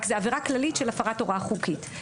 רק זה עבירה כללית של הפרת הוראה חוקית.